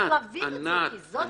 צריך --- ענת,